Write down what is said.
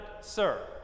SIR